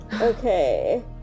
Okay